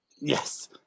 Yes